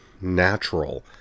natural